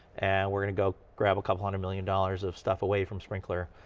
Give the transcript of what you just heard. and we're going to go grab a couple hundred million dollars of stuff away from sprinklr,